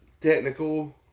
technical